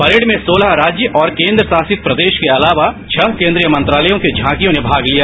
parade में सोलह राज्य और केन्द्र शासित प्रदेश के अलावा छह केन्द्रीय मंत्रालयों की झांकियां ने भाग लिया